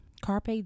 Carpe